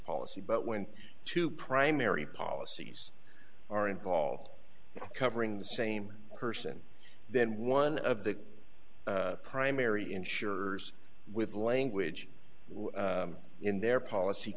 policy but when two primary policies are involved in covering the same person then one of the primary insurers with language in their policy